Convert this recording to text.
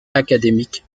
académique